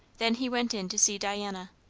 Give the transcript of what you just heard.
then he went in to see diana.